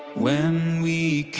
when we